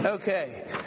Okay